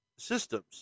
systems